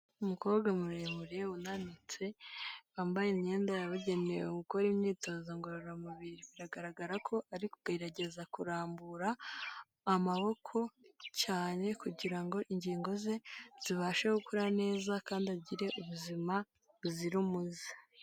Umukobwa muremure unutse wambaye imyenda yabagenewe ari gukora imyitozo ngororamubiri biragaragara ko ari kugerageza kurambura amaboko cyane kugira ngo ingingo ze zibashe gukora neza kandi agire ubuzima buzira umuze.